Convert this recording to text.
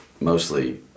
mostly